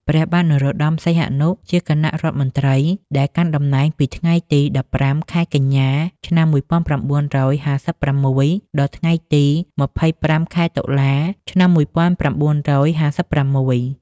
ព្រះបាទនរោត្តម សីហនុ ជាគណៈរដ្ឋមន្ត្រីដែលកាន់តំណែងពីថ្ងៃទី១៥ ខែកញ្ញា ឆ្នាំ១៩៥៦ ដល់ថ្ងៃទី ២៥ ខែតុលា ឆ្នាំ១៩៥៦។